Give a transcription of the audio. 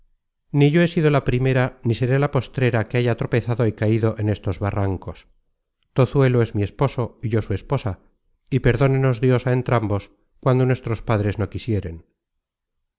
ni yo he sido la primera ni seré la postrera que haya tropezado y caido en estos barrancos tozuelo es mi esposo y yo su esposa y perdónenos dios á entrambos cuando nuestros padres no quisieren